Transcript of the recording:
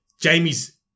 Jamie's